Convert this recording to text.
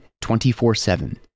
24-7